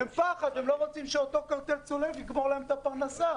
הם לא רוצים שאותו קרטל צולב יקבור להם את הפרנסה,